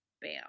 Bam